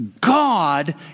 God